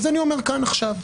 אז אני אומר כאן עכשיו,